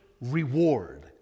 reward